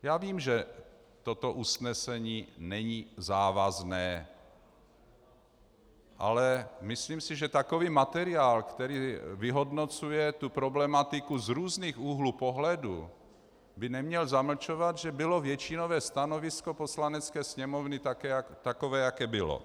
Já vím, že toto usnesení není závazné, ale myslím si, že takový materiál, který vyhodnocuje problematiku z různých úhlů pohledu, by neměl zamlčovat, že bylo většinové stanovisko Poslanecké sněmovny takové, jaké bylo.